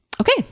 Okay